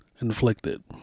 inflicted